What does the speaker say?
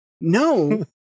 no